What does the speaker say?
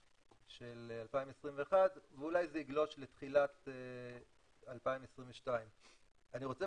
של 2021 ואולי זה יגלוש לתחילת 2022. אני רוצה